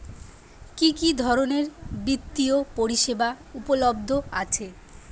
কি কি ধরনের বৃত্তিয় পরিসেবা উপলব্ধ আছে?